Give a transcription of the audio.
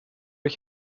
ich